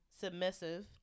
submissive